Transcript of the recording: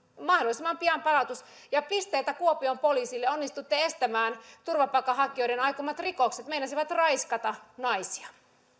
mahdollisimman pian palautus ja pisteitä kuopion poliisille onnistuitte estämään turvapaikanhakijoiden aikomat rikokset meinasivat raiskata naisia